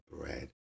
bread